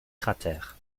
cratères